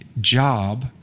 job